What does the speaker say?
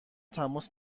تماس